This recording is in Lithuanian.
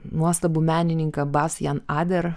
nuostabų menininką basjen ader